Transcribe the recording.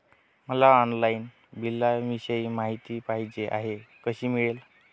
मला ऑनलाईन बिलाविषयी माहिती पाहिजे आहे, कशी मिळेल?